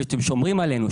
שאתם שומרים עלינו,